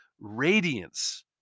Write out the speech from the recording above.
radiance